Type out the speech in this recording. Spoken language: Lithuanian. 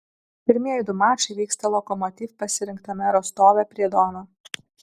pirmieji du mačai vyksta lokomotiv pasirinktame rostove prie dono